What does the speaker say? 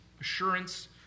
Assurance